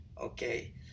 okay